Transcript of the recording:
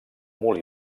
molí